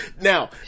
now